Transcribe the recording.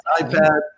iPad